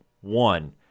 one